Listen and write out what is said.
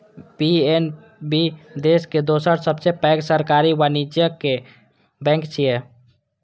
PNB देशक दोसर सबसं पैघ सरकारी वाणिज्यिक बैंक छियै